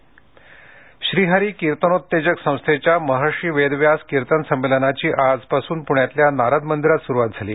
कीर्तन संमेलन श्रीहरि कीर्तनोत्तेजक संस्थेच्या महर्षि वेद व्यास कीर्तन संमेलनाची आज पासून पुण्यातल्या नारद मंदिरात सुरूवात झाली